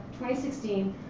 2016